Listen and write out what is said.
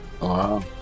wow